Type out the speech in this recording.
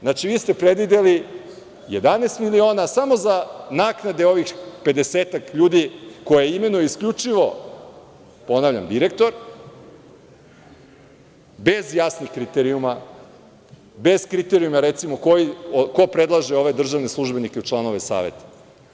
Znači, vi ste predvideli 11 miliona samo za naknade ovih pedesetak ljudi koje imenuje isključivo, ponavljam, direktor, bez jasnih kriterijuma, bez kriterijuma, recimo, ko predlaže ove državne službenike u članove saveta.